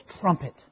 trumpet